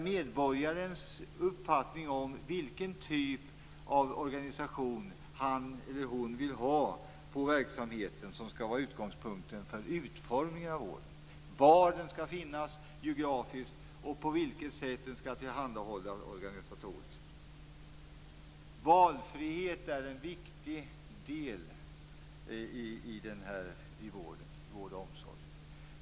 Medborgarens uppfattning om vilken typ av organisation han eller hon vill ha på verksamheten skall vara utgångspunkten för utformningen av vården, var den skall finnas geografiskt och på vilket sätt den organisatoriskt skall tillhandahållas. Valfrihet är en viktig del i vård och omsorg.